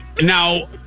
Now